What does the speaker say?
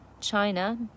China